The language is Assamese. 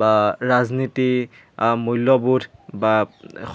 বা ৰাজনীতি মূল্যবোধ বা